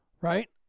Right